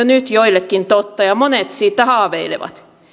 nyt joillekin totta ja monet siitä haaveilevat